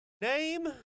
Name